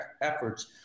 efforts